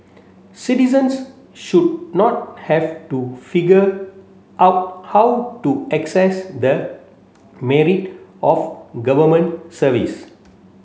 citizens should not have to figure out how to access the married of Government service